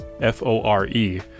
F-O-R-E